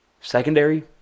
Secondary